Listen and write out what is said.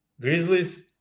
Grizzlies